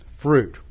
fruit